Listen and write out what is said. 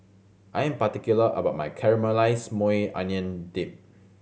I am particular about my Caramelized Maui Onion Dip